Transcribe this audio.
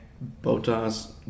Botas